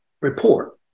report